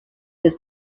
his